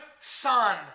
son